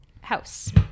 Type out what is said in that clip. house